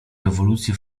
rewolucji